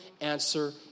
answer